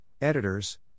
Editors